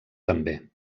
també